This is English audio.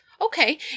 Okay